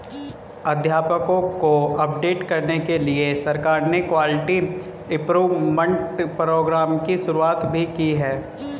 अध्यापकों को अपडेट करने के लिए सरकार ने क्वालिटी इम्प्रूव्मन्ट प्रोग्राम की शुरुआत भी की है